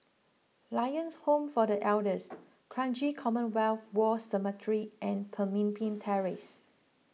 Lions Home for the Elders Kranji Commonwealth War Cemetery and Pemimpin Terrace